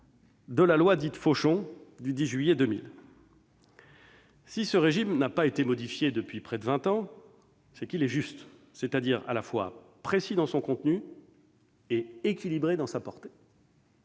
de la loi dite « Fauchon » du 10 juillet 2000. Si ce régime n'a pas été modifié depuis près de vingt ans, c'est qu'il est juste, c'est-à-dire qu'il est à la fois précis dans son contenu et équilibré dans sa portée.